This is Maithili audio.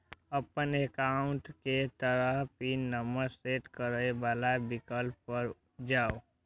अपन एकाउंट के तहत पिन नंबर सेट करै बला विकल्प पर जाउ